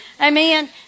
Amen